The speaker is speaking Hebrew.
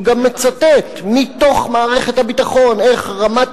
הוא גם מצטט מתוך מערכת הביטחון איך רמ"ט